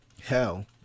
Hell